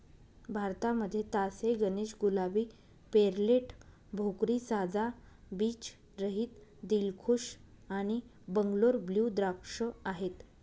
भारतामध्ये Tas A Ganesh, Gulabi, Perlette, Bhokri, साजा, बीज रहित, दिलखुश आणि बंगलोर ब्लू द्राक्ष आहेत